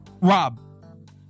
Rob